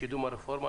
לקידום הרפורמה.